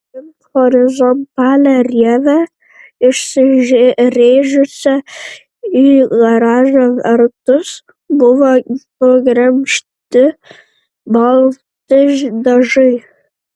aplink horizontalią rievę įsirėžusią į garažo vartus buvo nugremžti balti dažai